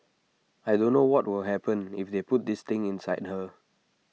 I don't know what will happen if they put this thing inside her